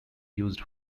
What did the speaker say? used